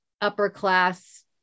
upper-class